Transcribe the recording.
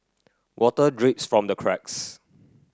water drips from the cracks